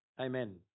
Amen